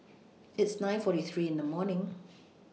It's nine forty three in The morning